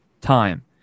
time